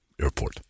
airport